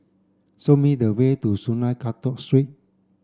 show me the way to Sungei Kadut Street